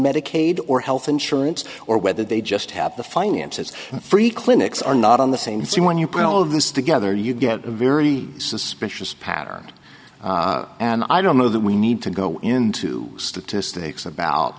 medicaid or health insurance or whether they just have the finances free clinics are not on the same see when you put all of this together you get a very suspicious pattern and i don't know that we need to go into statistics about